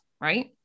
right